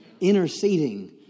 interceding